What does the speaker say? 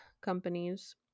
companies